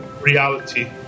reality